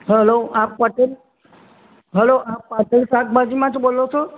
hello આપ Patel hello આપ પટેલ શાકભાજીમાંથી બોલો છો